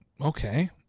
Okay